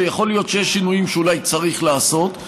שיכול להיות שיש שינויים שאולי צריך לעשות,